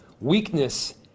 Weakness